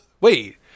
Wait